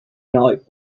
night